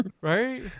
Right